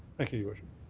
thank you, your worship.